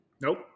nope